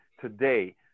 today